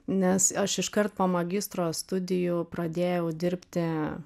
nes aš iškart po magistro studijų pradėjau dirbti